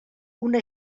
una